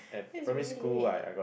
that's really late